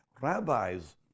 Rabbis